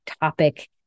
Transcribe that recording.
topic